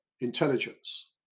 intelligence